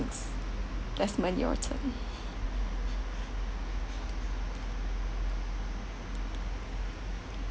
desmond your turn